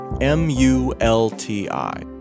M-U-L-T-I